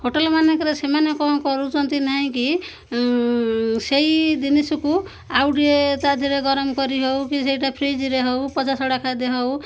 ହୋଟେଲମାନଙ୍କରେ ସେମାନେ କଣ କରୁଛନ୍ତି ନାହିଁ କି ସେଇ ଜିନିଷକୁ ଆଉଡ଼ିଏ ତା'ଦହରେ ଗରମ କରି ହଉ କି ସେଇଟା ଫ୍ରିଜରେ ହଉ ପଜାସଢଡ଼ା ଖାଦ୍ୟ ହଉ